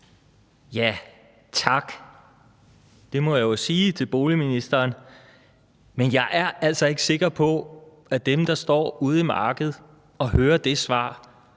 Tak – det må jeg jo sige til boligministeren, men jeg er altså ikke sikker på, at dem, der står ude i markedet og hører det svar,